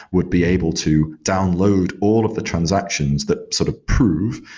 would be able to download all of the transactions that sort of prove,